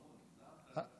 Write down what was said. שלמה, הגזמת.